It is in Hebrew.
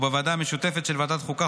ובוועדה המשותפת של ועדת החוקה,